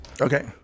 Okay